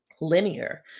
linear